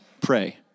pray